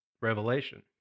revelation